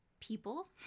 people